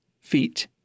Feet